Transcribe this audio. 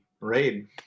raid